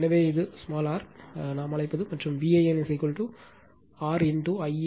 எனவே இது r நாம் அழைப்பது மற்றும் Van rIa Zy